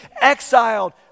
exiled